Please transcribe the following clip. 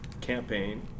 campaign